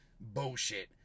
Bullshit